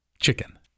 chicken